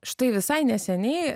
štai visai neseniai